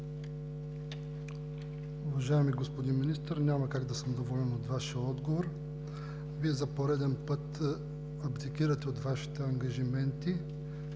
Уважаеми господин Министър, няма как да съм доволен от Вашия отговор. Вие за пореден път абдикирате от Вашите ангажименти